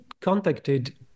contacted